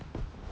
yeah